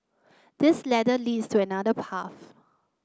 this ladder leads to another path